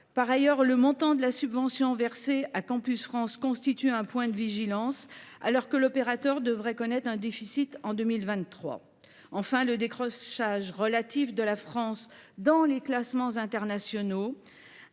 Par ailleurs, le montant de la subvention versée à Campus France constitue un point de vigilance, alors que l’opérateur devrait connaître un déficit en 2023. Enfin, le décrochage relatif de la France dans les classements internationaux